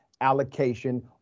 allocation